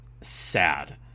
sad